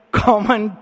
common